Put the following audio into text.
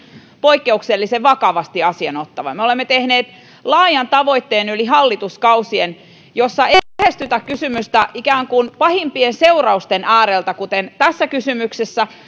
poikkeuksellisen vakavasti asian ottava me olemme tehneet laajan tavoitteen yli hallituskausien jossa ei ei lähestytä kysymystä ikään kuin pahimpien seurausten ääreltä kuten tässä kysymyksessä